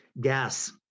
gas